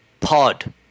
pod